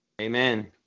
Amen